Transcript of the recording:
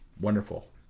wonderful